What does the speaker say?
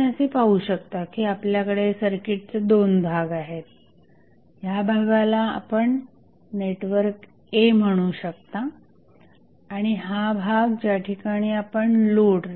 आपण असे पाहू शकता की आपल्याकडे सर्किटचे दोन भाग आहेत या भागाला आपण नेटवर्क A असे म्हणू शकता आणि हा भाग ज्या ठिकाणी आपण लोड